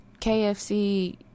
KFC